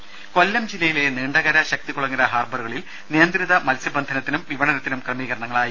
രമ കൊല്ലം ജില്ലയിലെ നീണ്ടകര ശക്തികുളങ്ങര ഹാർബറുകളിൽ നിയന്ത്രിത മത്സ്യബന്ധനത്തിനും വിപണനത്തിനും ക്രമീകരണങ്ങളായി